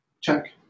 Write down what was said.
check